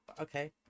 Okay